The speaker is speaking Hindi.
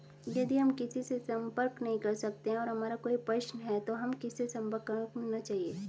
यदि हम किसी से संपर्क नहीं कर सकते हैं और हमारा कोई प्रश्न है तो हमें किससे संपर्क करना चाहिए?